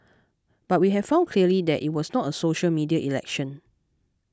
but we've found clearly that it was not a social media election